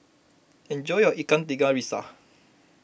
enjoy your Ikan Tiga Rasa